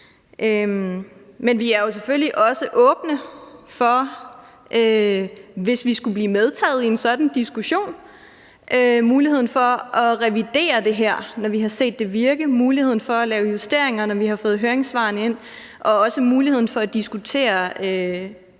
Men vi er jo selvfølgelig også åbne for – hvis vi skulle blive taget med i en sådan diskussion – muligheden for at revidere det her, når vi har set det virke, muligheden for at lave justeringer, når vi har fået høringssvarene ind, og også muligheden for at diskutere